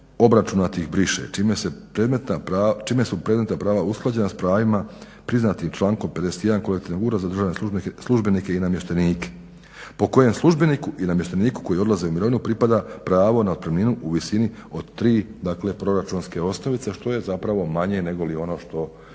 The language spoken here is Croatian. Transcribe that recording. obračunatih briše čime su predmetna prava usklađena s pravima priznatim člankom 51 Kolektivnog ugovora za državne službenike i namještenike, po kojem službeniku i namješteniku koji odlaze u mirovinu pripada pravo na otpremninu u visini od tri proračunske osnovice što je zapravo manje negoli on što